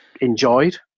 enjoyed